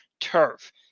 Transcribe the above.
turf